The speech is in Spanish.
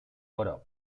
oro